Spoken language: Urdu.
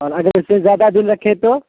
اور اگر اس سے زیادہ دن رکھے تو